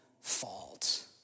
fault